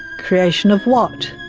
creation of what?